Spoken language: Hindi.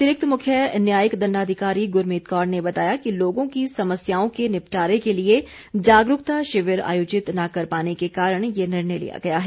अतिरिक्त मुख्य न्यायिक दंडाधिकारी गुरमीत कौर ने बताया कि लोगों की समस्याओं के निपटारे के लिए जागरूकता शिविर आयोजित न कर पाने के कारण ये निर्णय लिया गया है